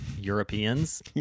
Europeans